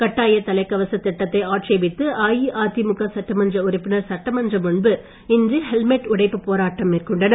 கட்டாயத் தலைக்கவசத் திட்டத்தை ஆட்சேபித்து அஇஅதிமுக சட்டமன்ற உறுப்பினர் சட்டமன்றம் முன்பு இன்று ஹெல்மெட் உடைப்பு போராட்டம் மேற்கொண்டனர்